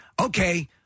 okay